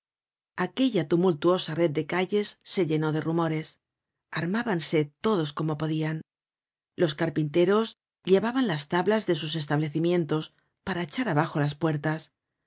aquella tumultuosa red de calles se llenó de rumores armábanse todos como podian los carpinteros llevaban las tablas de sus establecimientos para echar abajo las puertas